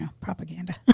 propaganda